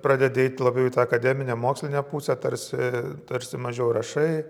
pradedi eit labiau į tą akademinę mokslinę pusę tarsi tarsi mažiau rašai